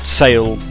sale